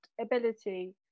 ability